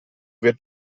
wird